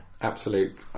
Absolute